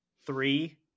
Three